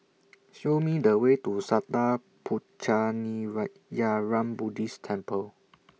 Show Me The Way to Sattha Buddhist Temple